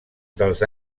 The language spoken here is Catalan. dels